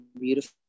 beautiful